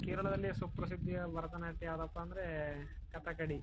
ಕೇರಳದಲ್ಲಿ ಸುಪ್ರಸಿದ್ಧಿಯ ಭರತನಾಟ್ಯ ಯಾವುದಪ್ಪಾ ಅಂದರೆ ಕಥಕ್ಕಳಿ